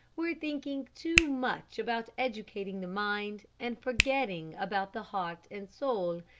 we're thinking too much about educating the mind, and forgetting about the heart and soul.